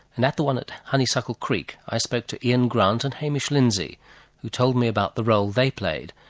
and at the one at honeysuckle creek i spoke to ian grant and hamish lindsay who told me about the role they played,